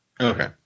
Okay